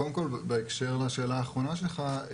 קודם כל בהקשר לשאלה האחרונה שלך,